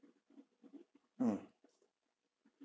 mm